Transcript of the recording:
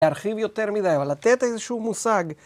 להרחיב יותר מדי, אבל לתת איזשהו מושג